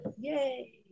yay